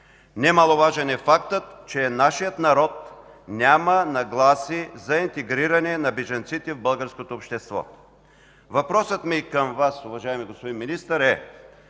Немаловажен е фактът, че нашият народ няма нагласи за интегриране на бежанците в българското общество. Въпросът ми към Вас, уважаеми господин Министър, е: